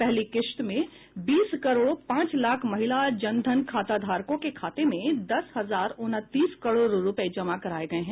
पहली किस्त में बीस करोड़ पांच लाख महिला जन धन खाता धारकों के खाते में दस हजार उनतीस करोड़ रुपए जमा कराए गए हैं